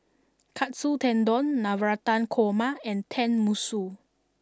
Katsu Tendon Navratan Korma and Tenmusu